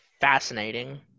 fascinating